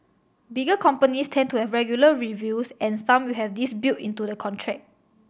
bigger companies tend to have regular reviews and some will have this built into the contract